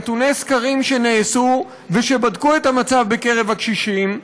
נתוני סקרים שנעשו ושבדקו את המצב בקרב הקשישים,